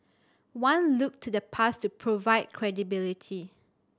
one looked to the past to provide credibility